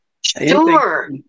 Sure